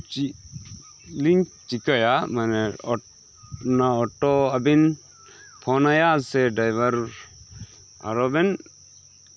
ᱪᱮᱛ ᱞᱤᱧ ᱪᱤᱠᱟᱭᱟ ᱢᱟᱱᱮ ᱚᱜᱱᱚᱶᱟ ᱚᱴᱳ ᱟᱵᱤᱱ ᱯᱷᱳᱱ ᱟᱭᱟ ᱥᱮ ᱰᱨᱟᱭᱵᱷᱟᱨ ᱟᱨᱦᱚᱸ ᱵᱮᱱ